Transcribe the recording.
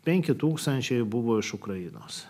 penki tūkstančiai buvo iš ukrainos